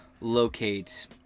locate